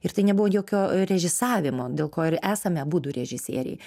ir tai nebuvo jokio režisavimo dėl ko ir esame abudu režisieriai